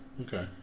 Okay